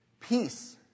peace